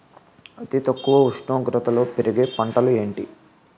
అతి తక్కువ ఉష్ణోగ్రతలో పెరిగే పంటలు ఏంటి?